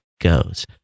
goes